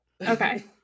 Okay